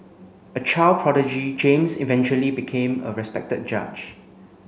a child prodigy James eventually became a respected judge